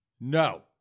No